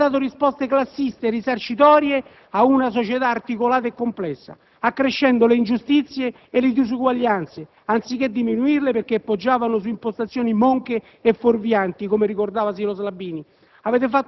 Avete dato risposte classiste e risarcitorie a una società articolata e complessa, accrescendo le ingiustizie e le disuguaglianze anziché diminuirle perché poggiavano su impostazioni monche e fuorvianti, come ricordava Sylos Labini.